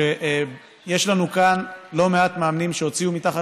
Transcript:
שיש לנו כאן לא מעט מאמנים שהוציאו מתחת